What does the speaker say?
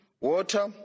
water